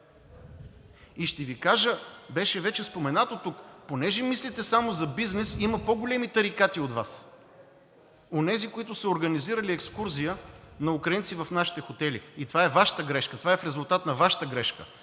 И ще Ви кажа: беше вече споменато тук. Понеже мислите само за бизнес, има по-големи тарикати от Вас – онези, които са организирали екскурзия на украинци в нашите хотели. И това е Вашата грешка. Това е в резултат на Вашата грешка,